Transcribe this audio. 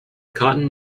cotton